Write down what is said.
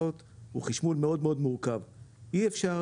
אין.